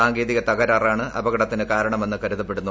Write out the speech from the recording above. സാങ്കേതിക തകരാറാണ് അപകടത്തിനു കാരണമെന്ന് കരുതപ്പെടുന്നു